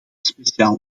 speciaal